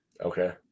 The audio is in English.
Okay